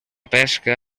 pesca